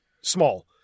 small